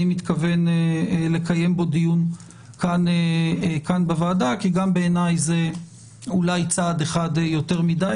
מתכוון לקיים בו דיון כאן בוועדה כי גם בעיניי זה אולי צעד אחד יותר מדי,